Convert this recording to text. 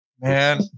Man